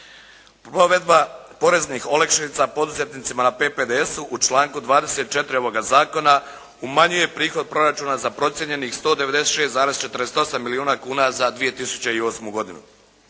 Provedba poreznih olakšica poduzetnicima na PPDS-u u članku 24. ovoga zakona umanjuje prihod proračuna za procijenjenih 196,48 milijuna kuna za 2008. godinu.